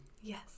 Yes